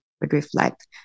reflect